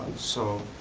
so,